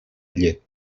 llet